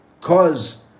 cause